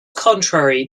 contrary